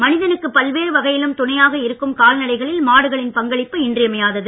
மனிதனுக்கு பல்வேறு வகையிலும் துணையாக இருக்கும் கால்நடைகளில் மாடுகளின் பங்களிப்பு இன்றியமையாதது